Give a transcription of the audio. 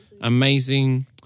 Amazing